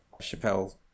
Chappelle